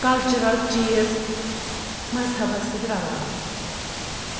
cultural چیٖز مذہبس سۭتۍ رلاوٕنۍ